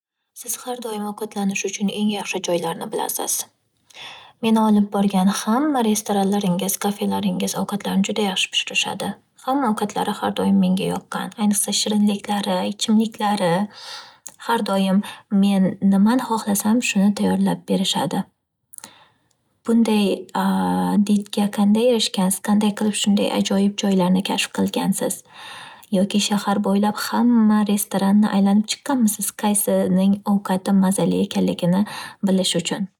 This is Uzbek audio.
Siz har doim ovqatlanish uchun eng yaxshi joylarni bilasiz. Meni olib borgan hamma restoranlaringiz, kafelaringiz ovqatlarni juda yaxshi pishirishadi. Hamma ovqatlari har doim menga yoqqan, ayniqsa, shirinliklari, ichimliklari. Har doim men nimani xoxlasam, shuni tayyorlab berishadi. Bunday didga qanday erishgansiz? Qanday qilib shunday ajoyib joylarni kashf qilgansiz? Yoki shahar bo'ylab hamma restoranni aylanib chiqqanmisiz, qaysining ovqati mazali ekanligini bilish uchun?